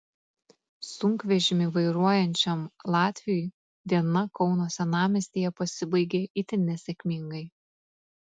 sunkvežimį vairuojančiam latviui diena kauno senamiestyje pasibaigė itin nesėkmingai